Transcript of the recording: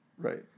Right